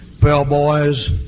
bellboys